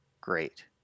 great